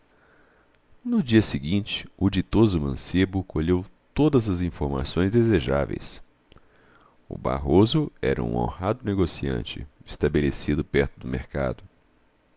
no dia seguinte o ditoso mancebo colheu todas as informações desejáveis o barroso era um honrado negociante estabelecido perto do mercado